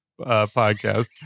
podcast